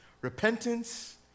repentance